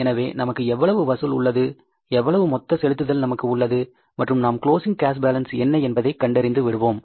எனவே நமக்கு எவ்வளவு வசூல் உள்ளது எவ்வளவு மொத்த செலுத்துதல் நமக்கு உள்ளது மற்றும் நாம் க்ளோஸிங் கேஸ் பேலன்ஸ் என்ன என்பதை கண்டறிந்து விடுவோம்